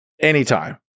anytime